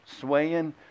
swaying